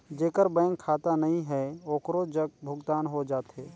जेकर बैंक खाता नहीं है ओकरो जग भुगतान हो जाथे?